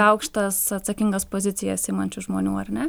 aukštas atsakingas pozicijas imančių žmonių ar ne